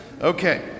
Okay